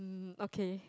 um okay